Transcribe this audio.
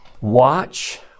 Watch